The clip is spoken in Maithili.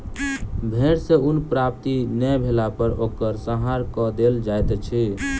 भेड़ सॅ ऊन प्राप्ति नै भेला पर ओकर संहार कअ देल जाइत अछि